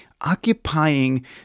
Occupying